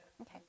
Okay